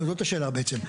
זאת השאלה בעצם.